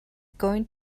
going